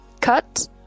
cut